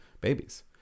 babies